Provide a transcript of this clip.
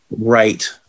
right